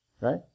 Right